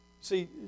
See